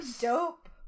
dope